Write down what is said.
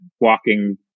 walking